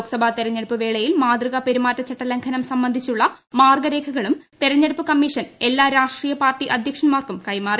ലോക്സഭാ തെരെഞ്ഞെടുപ്പ് വേളയിൽ മാതൃകാ പെരുമാറ്റച്ചട്ട ലംഘനം സംബന്ധിച്ചുള്ള മാർഗ്ഗരേഖകളും തെരെഞ്ഞെടുപ്പ് കമ്മീഷൻ എല്ലാ രാഷ്ട്രീയ പാർട്ടി അധ്യക്ഷന്മാർക്കും കൈമാറി